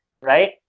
right